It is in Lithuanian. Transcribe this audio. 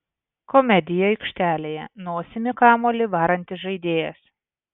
komedija aikštelėje nosimi kamuolį varantis žaidėjas